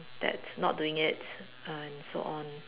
that not doing it and so on